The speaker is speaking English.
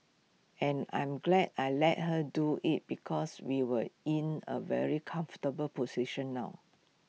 and I'm glad I let her do IT because we were in A very comfortable position now